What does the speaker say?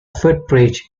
footbridge